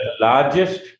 largest